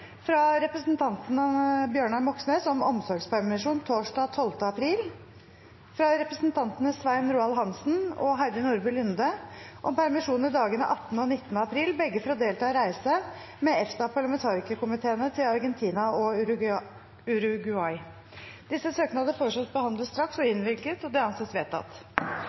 fra representanten Bjørnar Moxnes om omsorgspermisjon torsdag 12. april fra representantene Svein Roald Hansen og Heidi Nordby Lunde om permisjon i dagene 18. og 19. april, begge for å delta på reise med EFTA-parlamentarikerkomiteene til Argentina og Uruguay Etter forslag fra presidenten ble enstemmig besluttet: Søknadene behandles straks og